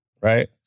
right